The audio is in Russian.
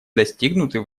достигнуты